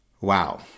Wow